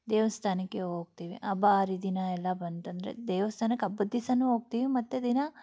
ದೇವಸ್ಥಾನಕ್ಕೆ ಹೋಗ್ತೀವಿ ಹಬ್ಬ ಹರಿದಿನ ಎಲ್ಲ ಬಂತಂದರೆ ದೇವಸ್ಥಾನಕ್ಕೆ ಹಬ್ಬದ ದಿವ್ಸಾನೂ ಹೋಗ್ತೀವಿ ಮತ್ತು ದಿನ